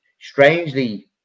strangely